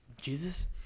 Jesus